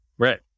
Right